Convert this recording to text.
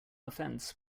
offense